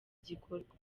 gikorwa